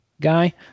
guy